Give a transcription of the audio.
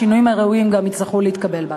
השינויים הראויים יצטרכו להתקבל בה.